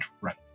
right